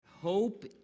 Hope